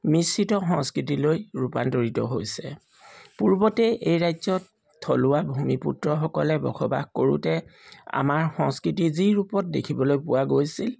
মিশ্ৰিত সংস্কৃতিলৈ ৰূপান্তৰিত হৈছে পূৰ্বতে এই ৰাজ্যত থলুৱা ভূমিপুত্ৰসকলে বসবাস কৰোঁতে আমাৰ সংস্কৃতি যি ৰূপত দেখিবলৈ পোৱা গৈছিল